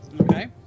Okay